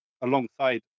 alongside